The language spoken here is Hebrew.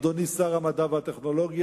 אדוני שר המדע והטכנולוגיה,